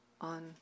on